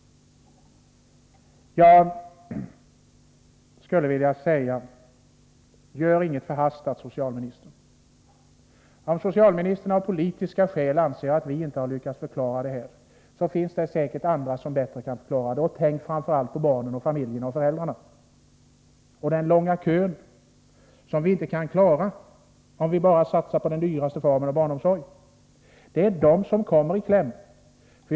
Jag skulle vilja säga; Gör inget förhastat; SOcialministern!| CM Omstatsbidragen socialministern av politiska skäl anser att vi inte lyckats förklara det här, finns =..: ä ij till privatadaghem, det säkerligen andra som kan förklara det bättre. Och tänk framför allt på Hm familjen, på barnen och föräldrarna! Vi har en lång kö som vi inte kan klara om vi bara satsar på den dyraste barnomsorgen. Det är barnen och föräldrarna som kommer i kläm.